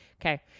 Okay